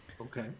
Okay